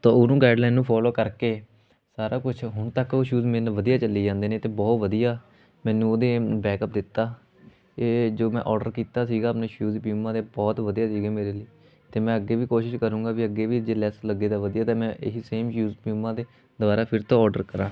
ਤਾਂ ਉਹਨੂੰ ਗਾਈਡਲਾਈਨ ਨੂੰ ਫੋਲੋ ਕਰਕੇ ਸਾਰਾ ਕੁਛ ਹੁਣ ਤੱਕ ਉਹ ਸ਼ੂਜ਼ ਮੈਨੂੰ ਵਧੀਆ ਚੱਲੀ ਜਾਂਦੇ ਨੇ ਅਤੇ ਬਹੁਤ ਵਧੀਆ ਮੈਨੂੰ ਉਹ ਨੇ ਬੈਕਅਪ ਦਿੱਤਾ ਇਹ ਜੋ ਮੈਂ ਔਡਰ ਕੀਤਾ ਸੀਗਾ ਮੈਨੂੰ ਸ਼ੂਜ਼ ਪਿਊਮਾ ਦੇ ਬਹੁਤ ਵਧੀਆ ਸੀਗੇ ਮੇਰੇ ਲਈ ਅਤੇ ਮੈਂ ਅੱਗੇ ਵੀ ਕੋਸ਼ਿਸ਼ ਕਰਾਂਗਾ ਵੀ ਅੱਗੇ ਵੀ ਜੇ ਲੈਸ ਲੱਗੇ ਤਾਂ ਵਧੀਆ ਅਤੇ ਮੈਂ ਇਹ ਹੀ ਸੇਮ ਸ਼ੂਜ਼ ਪਿਊਮਾ ਦੇ ਦੁਬਾਰਾ ਫਿਰ ਤੋਂ ਔਡਰ ਕਰਾਂ